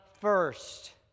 first